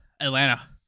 Atlanta